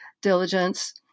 diligence